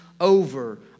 over